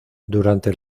durante